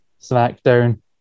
SmackDown